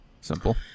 Simple